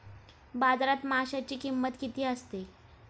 बाजारात माशांची किंमत किती असते?